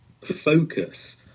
focus